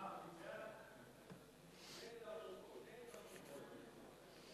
ההצעה להעביר את הצעת חוק הפיקוח על שירותים פיננסיים (קופות גמל)